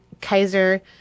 Kaiser